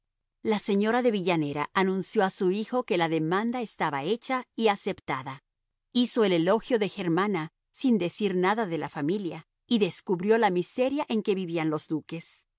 la señora de villanera anunció a su hijo que la demanda estaba hecha y aceptada hizo el elogio de germana sin decir nada de la familia y describió la miseria en que vivían los duques